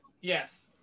Yes